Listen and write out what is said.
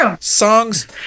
songs